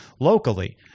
locally